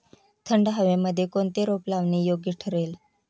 थंड हवेमध्ये कोणते रोप लावणे योग्य ठरेल?